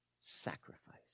sacrifice